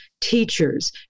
teachers